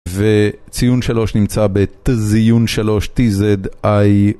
וציון שלוש נמצא בתזיון שלוש טי, זד, איי.